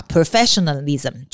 Professionalism